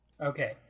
Okay